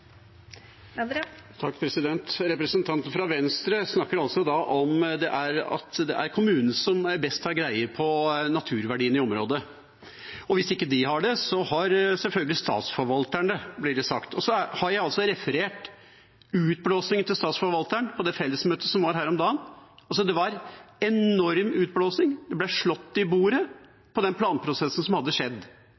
Representanten fra Venstre snakker om at det er kommunene som har best greie på naturverdiene i området, og hvis ikke de har det, har selvfølgelig Statsforvalteren det, blir det sagt. Jeg har referert utblåsningen til statsforvalteren på det fellesmøtet som var her om dagen. Det var en enorm utblåsning, det ble slått i bordet